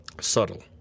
subtle